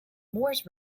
moores